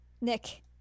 Nick